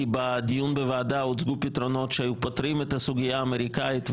כי בדיון בוועדה הוצעו פתרונות שהיו פותרים את סוגייה האמריקנית,